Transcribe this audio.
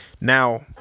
Now